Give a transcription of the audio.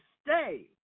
stay